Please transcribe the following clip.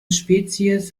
spezies